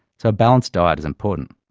so a balanced diet is important.